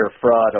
fraud